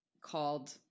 called